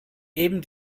eben